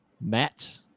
Matt